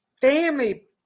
family